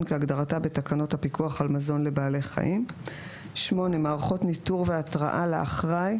כהגדרתה בתנות הפיקוח על מזון לבעלי חיים (סימון מזון לבעלי חיים),